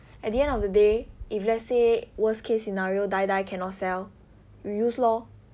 at the end of the day if let's say worst case scenario die die cannot sell you use lor